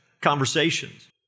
conversations